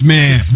Man